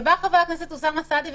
בא חבר הכנסת אוסאמה סעדי ואמר: